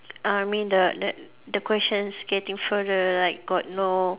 I mean the the the questions getting further like got no